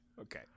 Okay